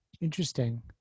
Interesting